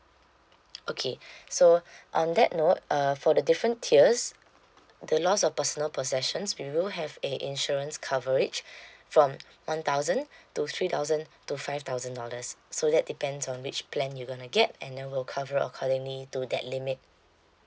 okay so on that note uh for the different tiers the loss of personal possessions we do have a insurance coverage from one thousand to three thousand to five thousand dollars so that depends on which plan you going to get and then will cover accordingly to that limit